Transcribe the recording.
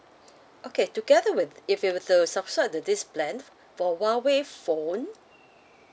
okay together with if you were to subscribe to this plan for Huawei phone